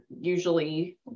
usually